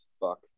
Fuck